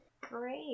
Great